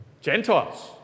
Gentiles